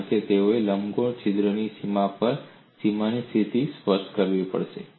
કારણ કે તેઓએ લંબગોળ છિદ્રની સીમા પર સીમાની સ્થિતિ સ્પષ્ટ કરવી પડશે